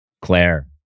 claire